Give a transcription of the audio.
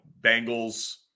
Bengals –